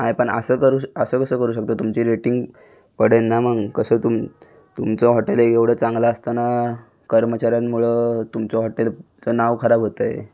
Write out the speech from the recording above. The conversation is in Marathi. आहे पण असं करू असं कसं करू शकता तुमची रेटिंग पडेल ना मग कसं तुम तुमचं हॉटेल आहे एवढं चांगलं असताना कर्मचाऱ्यांमुळं तुमचं हॉटेलचं नाव खराब होतं आहे